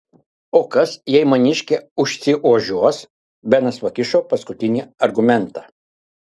o kas jei maniškė užsiožiuos benas pakišo paskutinį argumentą